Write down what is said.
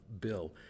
Bill